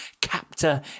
Captor